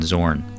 Zorn